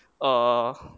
err